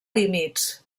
límits